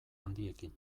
handiekin